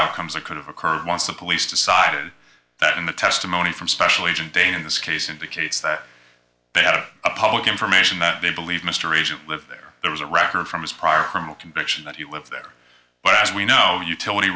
outcomes that could have occurred once the police decided that in the testimony from special agent day in this case indicates that they had a public information that they believe mr agent lived there there was a record from his prior criminal conviction that you live there but as we know utility